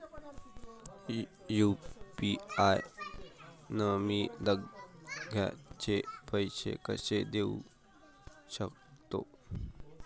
UPI न मी धंद्याचे पैसे कसे देऊ सकतो?